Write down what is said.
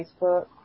Facebook